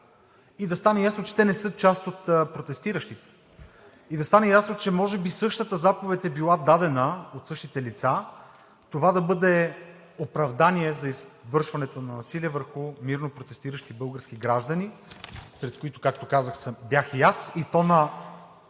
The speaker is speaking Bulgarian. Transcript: и да стане ясно, че те не са част от протестиращите. И да стане ясно, че може би същата заповед е била дадена от същите лица – това да бъде оправдание за извършването на насилие върху мирно протестиращи български граждани, сред които, както казах, бях и аз,